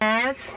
Yes